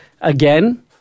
again